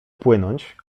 płynąć